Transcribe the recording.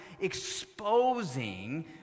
exposing